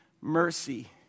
mercy